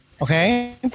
okay